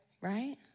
Right